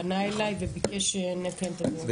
פנה אליי וביקש שנקיים את הדיון.